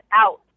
out